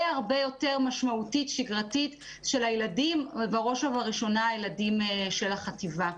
יותר משמעותית שגרתית של הילדים ובראש ובראשונה הילדים של החטיבה.